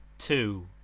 to